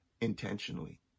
intentionally